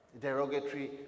derogatory